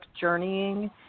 journeying